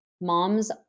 Moms